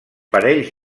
parells